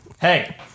hey